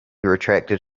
retracted